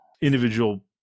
individual